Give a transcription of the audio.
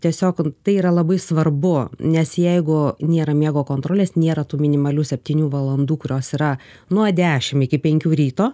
tiesiog tai yra labai svarbu nes jeigu nėra miego kontrolės nėra tų minimalių septynių valandų kurios yra nuo dešim iki penkių ryto